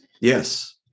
Yes